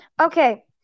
Okay